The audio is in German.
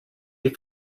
die